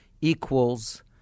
equals